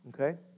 okay